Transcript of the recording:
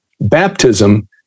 baptism